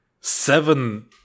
seven